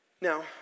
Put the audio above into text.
Now